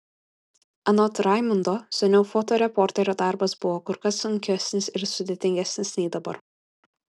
anot raimundo seniau fotoreporterio darbas buvo kur kas sunkesnis ir sudėtingesnis nei dabar